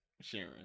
Sharon